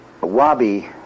Wabi